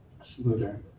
smoother